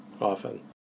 often